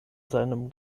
seinem